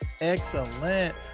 excellent